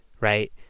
right